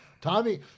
Tommy